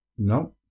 No